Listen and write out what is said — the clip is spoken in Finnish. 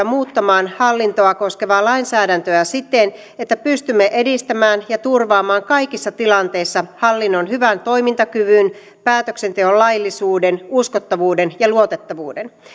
muuttamaan hallintoa koskevaa lainsäädäntöä siten että pystymme edistämään ja turvaamaan kaikissa tilanteissa hallinnon hyvän toimintakyvyn päätöksenteon laillisuuden uskottavuuden ja luotettavuuden